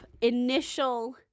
initial